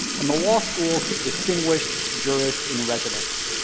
and the law school's distinguished jurist in residence.